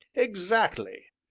exactly!